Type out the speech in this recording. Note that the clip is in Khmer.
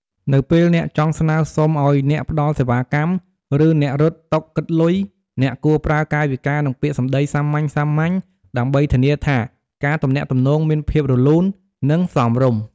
នៅពេលអ្នកចង់ស្នើសុំឲ្យអ្នកផ្ដល់សេវាកម្ម ឬអ្នករត់តុគិតលុយ អ្នកគួរប្រើកាយវិការ និងពាក្យសម្ដីសាមញ្ញៗ ដើម្បីធានាថាការទំនាក់ទំនងមានភាពរលូន និងសមរម្យ។